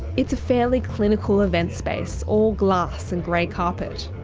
it's a fairly clinical event space, all glass and grey carpet.